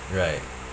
right